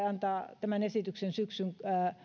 antaa tämän esityksen syksyn